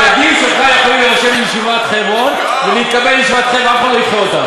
לילדים שלך תעשה מה שאתה רוצה.